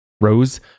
Rose